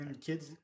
Kids